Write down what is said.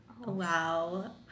wow